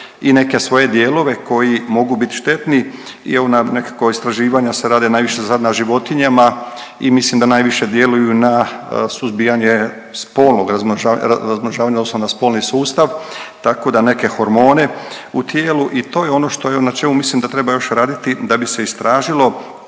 i neke svoje dijelove koji mogu biti štetni i evo na nekakva istraživanja se rade najviše na životinjama i mislim da najviše djeluju na suzbijanje spolnog razmnožavanja odnosno na spolni sustav tako na neke hormone u tijelu. I to je ono što u načelu ja mislim da treba još raditi da bi se istražilo